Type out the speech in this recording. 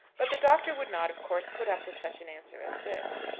but the doctor would not, of course, put up with such an answer as this.